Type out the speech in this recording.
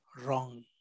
wrong